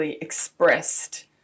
expressed